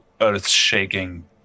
earth-shaking